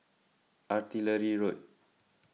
Artillery Road